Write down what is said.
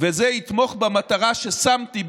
וזה יתמוך במטרה ששמתי,